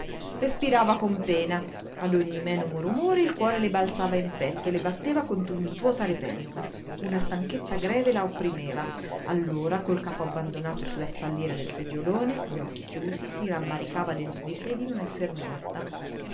respirava con pena a ogni menomo rumore il cuore le balzava in petto e le batteva con tumultuosa repenza una stanchezza greve la opprimeva allora col capo abbandonato su la spalliera del seggiolone gli occhi chiusi si rammaricava dentro di sé di non esser morta